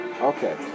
Okay